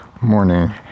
morning